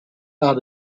had